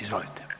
Izvolite.